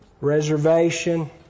reservation